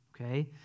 Okay